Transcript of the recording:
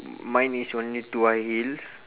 mine is only two high heels